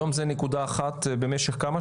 היום זה נקודה אחת במשך כמה?